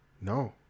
No